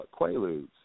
Quaaludes